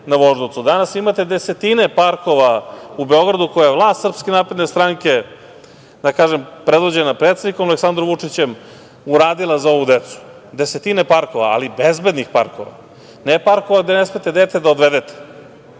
imate desetine parkova u Beogradu koju je vlast SNS, da kažem, predvođena predsednikom Aleksandrom Vučićem, uradila za ovu decu. Desetine parkova, ali bezbednih parkova. Ne parkova gde ne smete dete da odvedete,